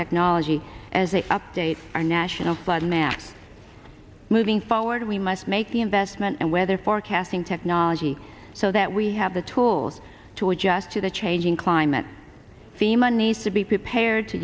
technology as they update our national flood maps moving forward we must make the investment and weather forecasting technology so that we have the tools to adjust to the changing climate fema need to be prepared to